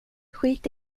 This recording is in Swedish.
skit